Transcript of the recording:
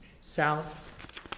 south